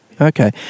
Okay